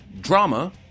drama